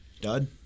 Dud